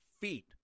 feet